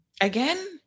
again